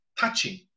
touching